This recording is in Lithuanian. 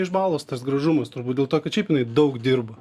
iš balos tas gražumas turbūt dėl to kad šiaip daug dirba